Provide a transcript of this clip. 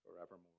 forevermore